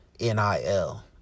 NIL